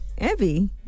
Evie